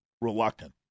reluctant